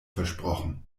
versprochen